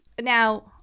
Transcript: Now